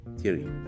theory